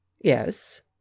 yes